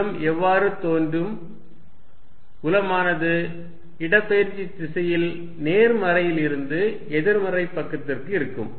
எனவே புலம் எவ்வாறு தோன்றும் புலமானது இடப்பெயர்ச்சி திசையில் நேர்மறையிலிருந்து எதிர்மறை பக்கத்திற்கு இருக்கும்